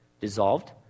dissolved